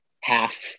half